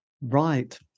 Right